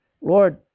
Lord